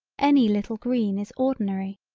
any little green is ordinary.